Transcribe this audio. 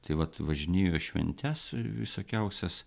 tai vat važinėju į šventes visokiausias